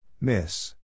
Miss